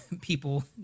people